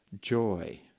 Joy